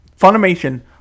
Funimation